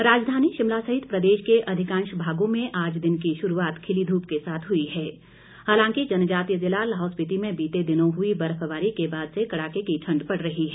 मौसम राजधानी शिमला सहित प्रदेश के अधिकांश भागों में आज दिन की शुरूआत खिली धूप के साथ हुई है हालांकि जनजातीय जिला लाहौल स्पीति में बीते दिनों हुई बर्फबारी के बाद से कड़ाके की ठंड पड़ रही है